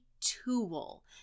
tool